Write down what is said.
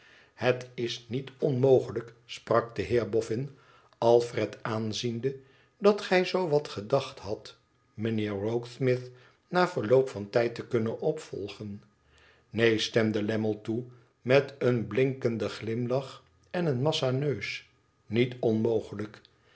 het is niet onmogelijk sprak de heer boihn alfred aanziende tdat gij zoo wat gedacht hadt mijnheer rokesmith na verloop van tijd te kunnen opvolgen neen stemde lammie toe met een blinkenden glimlach en een massa neus niet onmogelijk